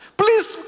please